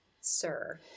sir